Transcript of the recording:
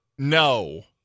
No